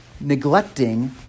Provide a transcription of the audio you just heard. neglecting